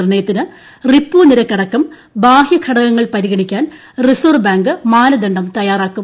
നിർണ്ണയത്തിന് repo നിരക്കടക്കം ബാഹൃഘടകങ്ങൾ പരിഗണിക്കാൻ റിസർവ്വ് ബാങ്ക് മാനദണ്ഡം തയ്യാറാക്കും